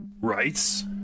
Rights